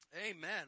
Amen